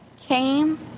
came